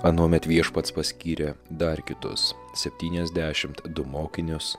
anuomet viešpats paskyrė dar kitus septyniasdešimt du mokinius